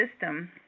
system